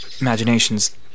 imaginations